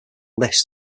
list